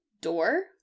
door